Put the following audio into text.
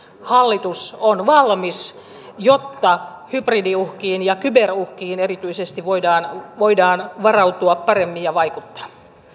hallitus on valmis jotta erityisesti hybridiuhkiin ja kyberuhkiin voidaan voidaan varautua paremmin ja vaikuttaa